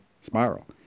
spiral